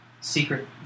Secret